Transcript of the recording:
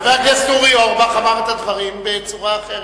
חבר הכנסת אורי אורבך אמר את הדברים בצורה אחרת.